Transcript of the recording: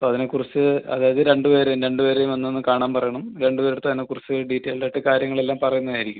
അപ്പോൾ അതിനെ കുറിച്ച് അതായത് രണ്ട് പേരെയും രണ്ട് പേരെയും വന്നൊന്ന് കാണാൻ പറയണം രണ്ട് പേരുടെ അടുത്തും അതിനെ കുറിച്ച് ഡീറ്റെയിൽഡ് ആയിട്ട് കാര്യങ്ങളെല്ലാം പറയുന്നതായിരിക്കും